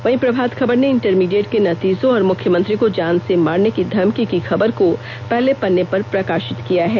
वहीं प्रभात खबर ने इंटरमीडिएट के नतीजों और मुख्यमंत्री को जान से मारने की धमकी की खबर को पहले पन्ने पर प्रकाशित किया है